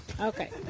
Okay